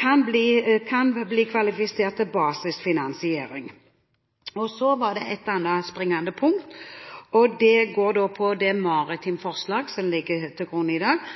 kan bli kvalifisert til basisfinansiering. Så var det et annet springende punkt, og det går på forslaget om maritim utdanning som behandles i dag.